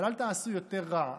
אבל אל תעשו יותר רע,